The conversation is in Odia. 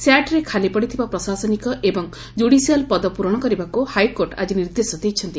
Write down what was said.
ସ୍ୟାଟ୍ରେ ଖାଲି ପଡିଥିବା ପ୍ରଶାସନିକ ଏବଂ ଜୁଡ଼ିସିଆଲ ପଦ ପ୍ରରଣ କରିବାକୁ ହାଇକୋର୍ଟ ଆଜି ନିର୍ଦ୍ଦେଶ ଦେଇଛନ୍ତି